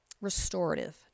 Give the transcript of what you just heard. restorative